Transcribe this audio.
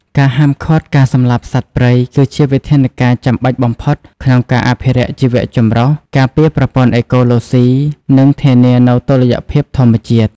ការហាមឃាត់ការសម្លាប់សត្វព្រៃ គឺជាវិធានការចាំបាច់បំផុតក្នុងការអភិរក្សជីវៈចម្រុះ ការពារប្រព័ន្ធអេកូឡូស៊ី និងធានានូវតុល្យភាពធម្មជាតិ។